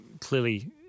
clearly